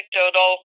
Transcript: anecdotal